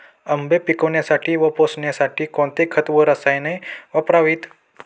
आंबे पिकवण्यासाठी व पोसण्यासाठी कोणते खत व रसायने वापरावीत?